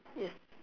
yes